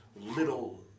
little